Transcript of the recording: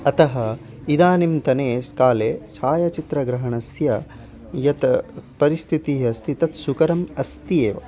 अतः इदानींतने स् काले छायाचित्रग्रहणस्य या परिस्थितिः अस्ति तत् सुकरम् अस्ति एव